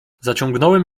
zaciągnąłem